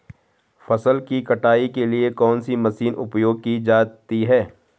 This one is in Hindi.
फसल की कटाई के लिए कौन सी मशीन उपयोग की जाती है?